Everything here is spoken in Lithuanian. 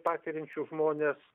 patiriančius žmones